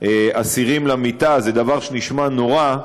אסירים למיטה, זה דבר שנשמע נורא,